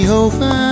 over